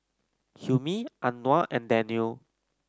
Hilmi Anuar and Daniel